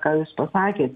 ką jūs pasakėt